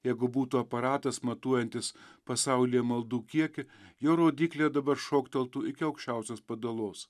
jeigu būtų aparatas matuojantis pasaulyje maldų kiekį jo rodyklė dabar šokteltų iki aukščiausios padalos